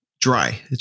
dry